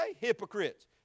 hypocrites